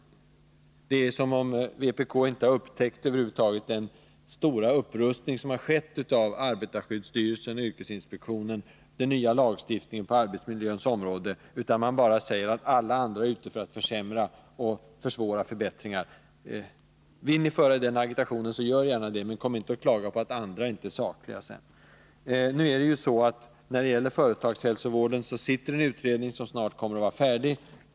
Det förefaller som om vpk över huvud taget inte har upptäckt den stora upprustning som har skett av arbetarskyddsstyrelsen och yrkesinspektionen eller den nya lagstiftningen på arbetsmiljöns område. Vpk bara säger att alla andra är ute för att försämra och för att försvåra förbättringar. Vill ni föra den argumentationen så gör gärna det — men kom inte sedan och klaga på att andra inte är sakliga. När det gäller företagshälsovården arbetar en utredning som snart kommer att vara färdig.